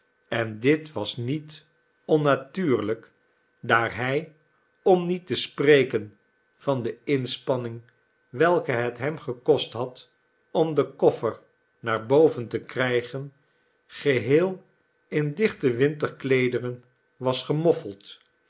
en dit was niet onnatuurlijk daar hij om niet te spreken van de inspanning welke het hem gekost had om den koffer naar boven te krijgen geheel in dichte winterkleederen was